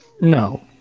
No